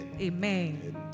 Amen